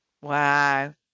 Wow